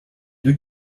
deux